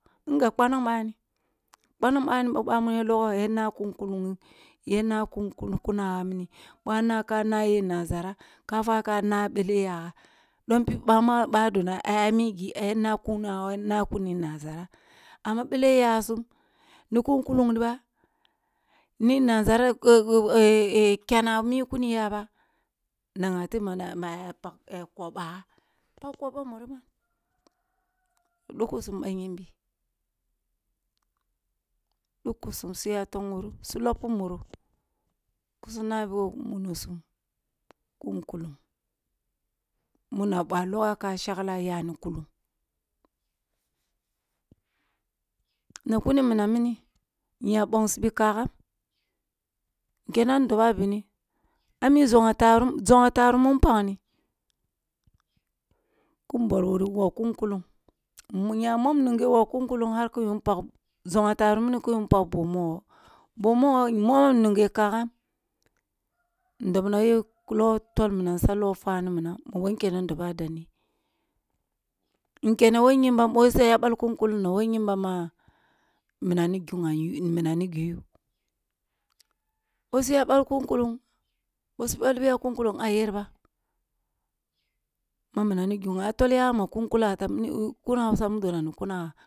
Ngah kpanam bani kpanan bani boh bamun ya logih nay a ne kun kullung yana kun kunaga mini, boh a na ka naye nizara kef aka n abele yaga dom pib bar mina badona aye migi ayar na kunuwa kana kunu nazara amma bere yasum ni kun kullung ri ba, ni nazara kena a mi kuniya ba ne aya kog baya kog ba muri mana dukusum bayimbi dukusum suya tong wun so loppu min kusu nibi who munisum kun kullung, muna boh a loghs ka shaglaya ni kullung na kuni minam mini inye bongsibi kagam, nicena dobah a bani a mi zongha tarun zongle tarum mun pakni kum bol wuri wogh kun kullung har kinye kin pak zongho mogho mogoh, boh mogoh in monsin nungeh kagam kagham ndobnaye ku log tol minam ku sa fwani minam ma bih nkya doboh dandi, nkene who nyimbam boh say a balk um kulling boh su balbiya kun kulling a yar ba, a tol yaga me kun kulata mini kun hansa mudona ni kunaga.